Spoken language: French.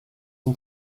son